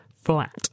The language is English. flat